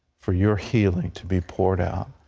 for your healing to be poured out.